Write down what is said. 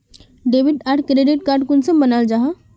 Debit आर credit card कुंसम बनाल जाहा?